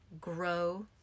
grow